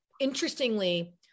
interestingly